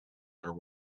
are